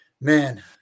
man